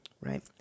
Right